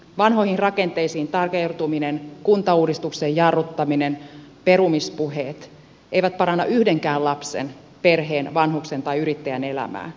vanhoihin rakenteisiin takertuminen kuntauudistuksen jarruttaminen perumispuheet eivät paranna yhdenkään lapsen perheen vanhuksen tai yrittäjän elämää